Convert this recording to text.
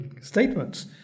statements